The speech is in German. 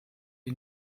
die